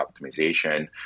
optimization